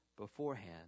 beforehand